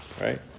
right